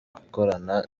gukorana